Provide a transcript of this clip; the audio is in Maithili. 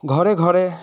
घरे घरे